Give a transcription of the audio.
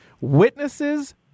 Witnesses